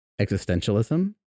Existentialism